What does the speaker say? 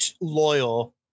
loyal